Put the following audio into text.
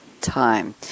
time